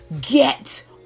Get